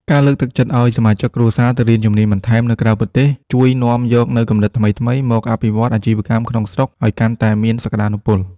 ការលើកទឹកចិត្តឱ្យសមាជិកគ្រួសារទៅរៀនជំនាញបន្ថែមនៅក្រៅប្រទេស ជួយនាំយកនូវគំនិតថ្មីៗមកអភិវឌ្ឍអាជីវកម្មក្នុងស្រុកឱ្យកាន់តែមានសក្ដានុពល។